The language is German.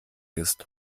ist